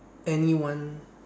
anyone